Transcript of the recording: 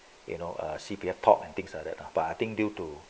you know a C_P_F talk and things like that lah but I think due to